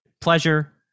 pleasure